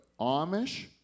Amish